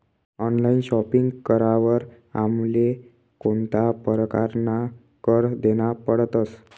Online shopping करावर आमले कोणता परकारना कर देना पडतस?